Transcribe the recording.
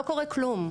לא קורה כלום,